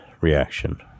reaction